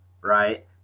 right